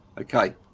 Okay